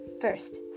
first